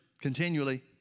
continually